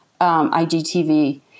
igtv